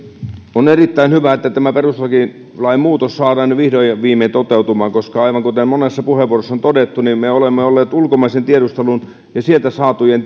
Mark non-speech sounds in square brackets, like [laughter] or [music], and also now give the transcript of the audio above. on erittäin hyvä että tämä perustuslain muutos saadaan nyt vihdoin ja viimein toteutumaan koska aivan kuten monessa puheenvuorossa on todettu me olemme olleet ulkomaisen tiedustelun ja sieltä saatujen [unintelligible]